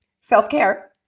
Self-care